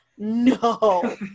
no